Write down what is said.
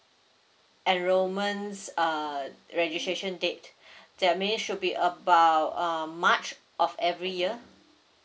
enrollments uh registration date that mean should be about um march of every year